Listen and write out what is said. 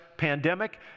pandemic